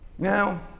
Now